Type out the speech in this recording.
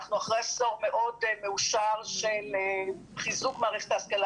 אנחנו אחרי עשור מאושר של חיזוק מערכת ההשכלה